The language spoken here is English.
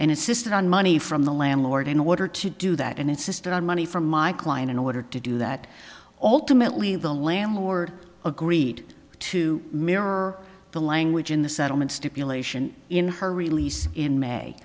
and insisted on money from the landlord in order to do that and insisted on money from my client in order to do that all timidly the landlord agreed to mirror the language in the settlement stipulation in her release in